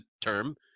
term